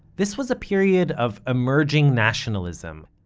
this was a period of emerging nationalism,